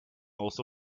also